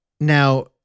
Now